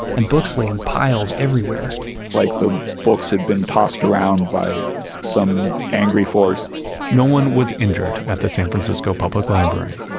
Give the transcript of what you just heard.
and books lay in piles everywhere like the books had been tossed around by some angry force no one was injured at the san francisco public library,